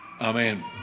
amen